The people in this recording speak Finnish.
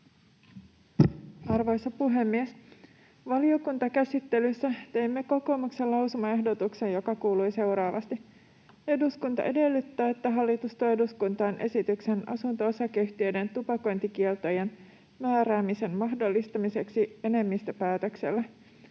Arvoisa puhemies! Valiokuntakäsittelyssä teimme kokoomuksen lausumaehdotuksen, joka kuului seuraavasti: ”Eduskunta edellyttää, että hallitus tuo eduskuntaan esityksen asunto-osakeyhtiöiden tupakointikieltojen määräämisen mahdollistamiseksi enemmistöpäätöksellä.”